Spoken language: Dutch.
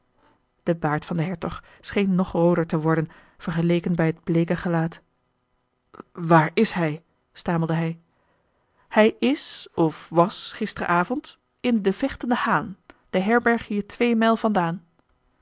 de baard van den hertog scheen nog rooder te worden vergeleken bij het bleeke gelaat waar is hij stamelde hij hij is of was gisteren avond in de vechtende haan de herberg hier twee mijl vandaan